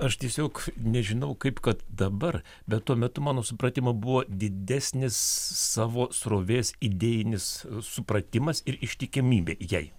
aš tiesiog nežinau kaip kad dabar bet tuo metu mano supratimu buvo didesnis savo srovės idėjinis supratimas ir ištikimybė jai